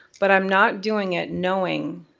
but i'm not doing it knowing